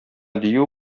дию